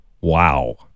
wow